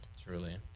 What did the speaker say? Truly